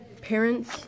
parents